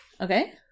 Okay